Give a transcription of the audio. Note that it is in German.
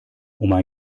oma